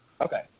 Okay